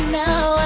now